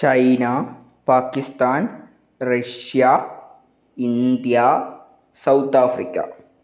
China Pakistan Russia India South Africa